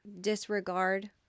disregard